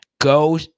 Go